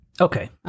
Okay